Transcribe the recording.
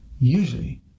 Usually